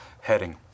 heading